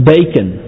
Bacon